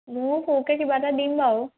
ময়ো সৰুকৈ কিবা এটা দিম বাৰু